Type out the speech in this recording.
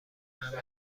همه